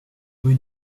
rue